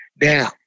Now